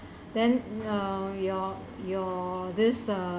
then uh your your this um